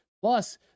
Plus